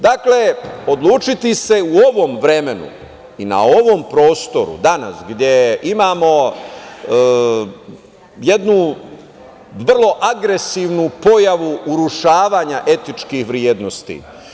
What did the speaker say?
Dakle, odlučiti se u ovom vremenu i na ovom prostoru danas gde imamo jednu vrlo agresivnu pojavu urušavanja etičkih vrednosti.